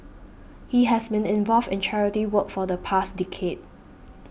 he has been involved in charity work for the past decade